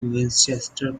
winchester